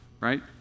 right